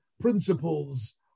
principles